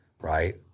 right